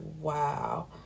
wow